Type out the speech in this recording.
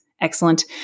excellent